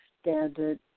Standard